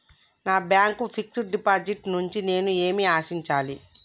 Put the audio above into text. నా bank fixed deposit నుండి నేను ఏమి ఆశించాలి?